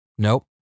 Nope